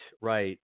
right